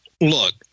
Look